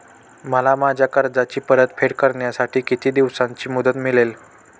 मला माझ्या कर्जाची परतफेड करण्यासाठी किती दिवसांची मुदत मिळेल?